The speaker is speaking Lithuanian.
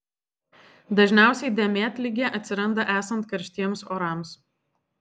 dažniausiai dėmėtligė atsiranda esant karštiems orams